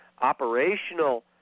operational